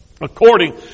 according